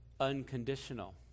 unconditional